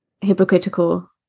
hypocritical